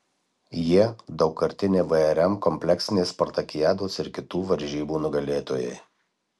jie daugkartiniai vrm kompleksinės spartakiados ir kitų varžybų nugalėtojai